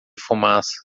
fumaça